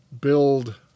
build